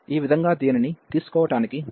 ఈ విధంగా దీనిని తీసుకోటానికి కారణం ఏమిటి